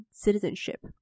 ,citizenship 。